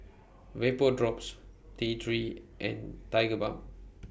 Vapodrops T three and Tigerbalm